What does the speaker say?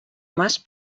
mas